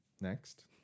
Next